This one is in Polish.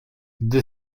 gdy